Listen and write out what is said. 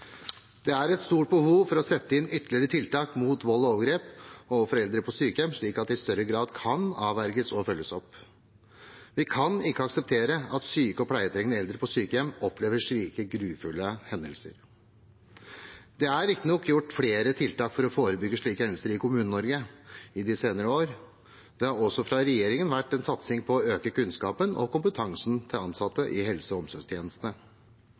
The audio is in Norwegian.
Det er et stort behov for å sette inn ytterligere tiltak mot vold og overgrep overfor eldre på sykehjem, slik at det i større grad kan avverges og følges opp. Vi kan ikke akseptere at syke og pleietrengende eldre på sykehjem opplever slike grufulle hendelser. Det er riktignok i de senere år gjort flere tiltak for å forebygge slike hendelser i Kommune-Norge. Det har også fra regjeringens side vært en satsing på å øke kunnskapen og kompetansen til ansatte i helse- og omsorgstjenestene.